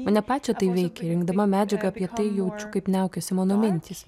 mane pačią tai veikia rinkdama medžiagą apie tai jaučiu kaip niaukiasi mano mintys